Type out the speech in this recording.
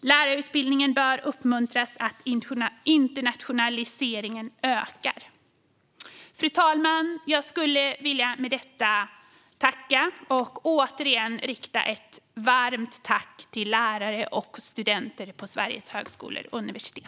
Lärarutbildningen bör uppmuntras så att internationaliseringen ökar. Fru talman! Jag skulle återigen vilja rikta ett varmt tack till lärare och studenter på Sveriges högskolor och universitet.